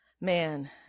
Man